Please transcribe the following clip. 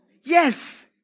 Yes